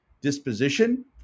disposition